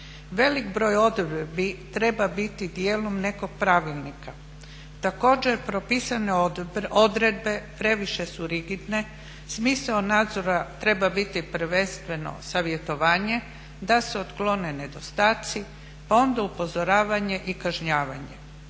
Velik broj odredbi treba biti djelom nekog pravilnika. Također propisane odredbe previše su rigidne, smisao nadzora treba biti prvenstveno savjetovanje da se otklone nedostaci pa onda upozoravanje i kažnjavanje.